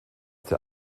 der